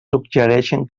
suggereixen